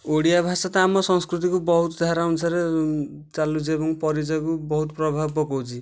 ଓଡ଼ିଆ ଭାଷା ତ ଆମ ସଂସ୍କୃତିକୁ ବହୁତ ସାରା ଅନୁସାରେ ଚାଲୁଛି ଏବଂ ପରିଚୟକୁ ବହୁତ ପ୍ରଭାବ ପକାଉଛି